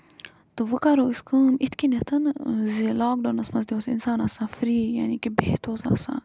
تہٕ وٕ کرو أسۍ کٲم یِتھ کٔنیتھ زِ لاکڈونَس منٛز تہِ اوس اِنسان آسان فری یعنے کہِ بِہَتھ اوس آسان